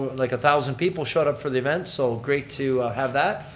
like a thousand people showed up for the event. so great to have that.